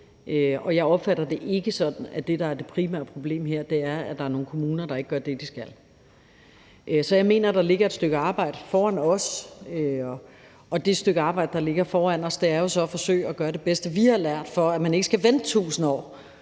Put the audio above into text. jeg opfatter det ikke sådan, at det, der er det primære problem her, er, at der er nogle kommuner, der ikke gør det, de skal. Jeg mener, der ligger et stykke arbejde foran os, og det stykke arbejde, der ligger foran os, er så at forsøge at gøre det bedste, vi har lært, for at man ikke skal vente i 1.000 år